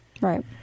right